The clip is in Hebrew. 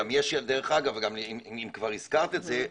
אם כבר הזכרת את זה,